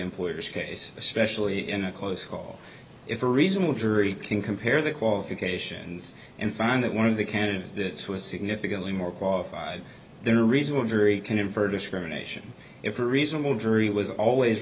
employers case especially in a close call if a reasonable jury can compare the qualifications and find that one of the candidates was significantly more qualified their reasonable jury can infer discrimination if a reasonable jury was always